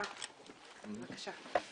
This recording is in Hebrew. ירוקה לגבי הבנייה הירוקה ואני מניחה שהשתתפת בו.